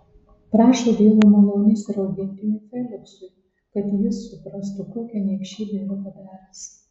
prašo dievo malonės ir augintiniui feliksui kad jis suprastų kokią niekšybę yra padaręs